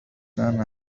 كان